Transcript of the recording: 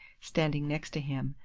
standing next him,